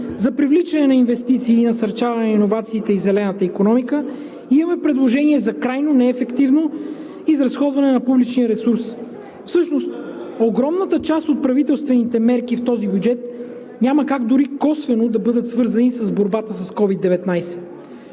за привличане на инвестиции и насърчаване на иновациите и зелената икономика, имаме предложение за крайно неефективно изразходване на публичния ресурс. Всъщност огромната част от правителствените мерки в този бюджет няма как дори косвено да бъдат свързани с борбата с COVID-19.